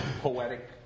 poetic